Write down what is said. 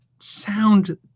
Sound